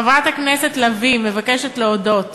חברת הכנסת לביא מבקשת להודות